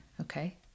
Okay